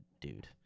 dude